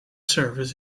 service